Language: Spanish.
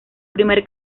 primer